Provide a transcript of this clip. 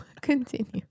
Continue